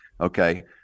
Okay